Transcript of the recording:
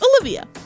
Olivia